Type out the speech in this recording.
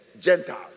Gentiles